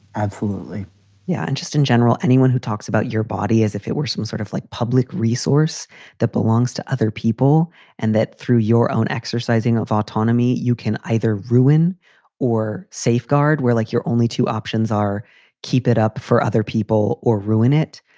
absolutely yeah. and just in general, anyone who talks about your body as if it were some sort of like public resource that belongs to other people and that through your own exercising of autonomy, you can either ruin or safeguard. we're like your only two options are keep it up for other people or ruin it.